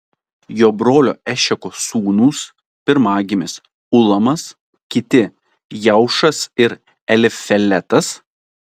jo brolio ešeko sūnūs pirmagimis ulamas kiti jeušas ir elifeletas